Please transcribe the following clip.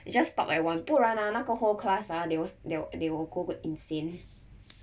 it just stop at one 不然啊那个 whole class ah they will they will they will go back insane